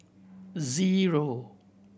zero